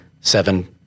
seven